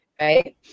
right